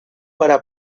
para